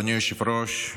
אדוני היושב-ראש,